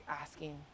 asking